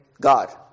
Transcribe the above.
God